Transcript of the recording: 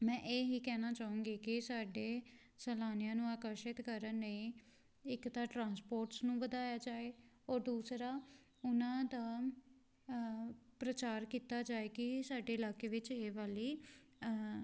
ਮੈ ਇਹ ਕਹਿਣਾ ਚਾਹਾਂਗੀ ਕਿ ਸਾਡੇ ਸੈਲਾਨਿਆਂ ਨੂੰ ਆਕਾਰਸ਼ਿਤ ਕਰਨ ਨਈ ਇੱਕ ਤਾਂ ਟਰਾਂਸਪੋਰਟਸ ਨੂੰ ਵਧਾਇਆ ਜਾਏ ਔਰ ਦੂਸਰਾ ਉਹਨਾਂ ਦਾ ਪ੍ਰਚਾਰ ਕੀਤਾ ਜਾਏ ਕਿ ਸਾਡੇ ਇਲਾਕੇ ਵਿੱਚ ਇਹ ਵਾਲੀ